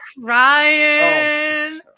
crying